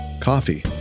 coffee